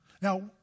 Now